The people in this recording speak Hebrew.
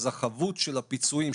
החבות של הפיצויים,